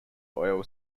oil